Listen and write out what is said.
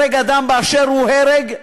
הרג אדם באשר הוא הרג,